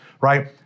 right